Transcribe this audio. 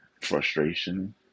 frustration